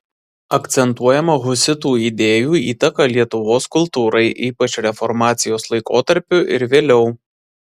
akcentuojama husitų idėjų įtaka lietuvos kultūrai ypač reformacijos laikotarpiui ir vėliau